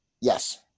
Yes